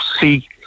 see